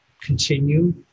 continue